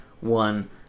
one